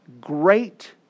great